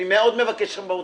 אני מאוד מבקש שם באוצר,